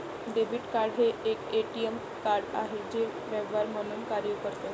debit card हे एक ATM card आहे जे व्यवहार म्हणून कार्य करते